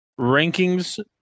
rankings